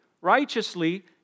righteously